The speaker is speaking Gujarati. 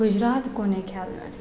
ગુજરાત કોને ખ્યાલ નથી